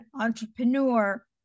entrepreneur